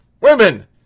women